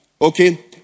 okay